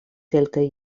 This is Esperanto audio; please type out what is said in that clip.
kelkaj